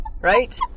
Right